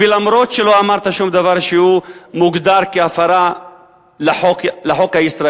ואף שלא אמרת שום דבר שמוגדר כהפרה של החוק הישראלי,